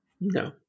No